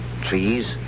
Trees